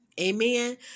Amen